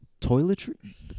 toiletry